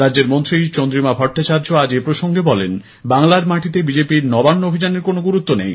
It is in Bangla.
রাজ্যের মন্ত্রী চন্দ্রিমা ভট্টাচার্য আজ এই প্রসঙ্গে বলেন বাংলার মাটিতে বিজেপির নবান্ন অভিযানের কোনো গুরুত্ব নেই